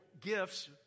gifts